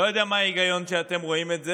לא יודע מה ההיגיון שאתם רואים בזה